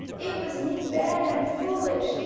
it was me bad and foolish.